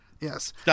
yes